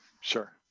Sure